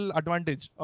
advantage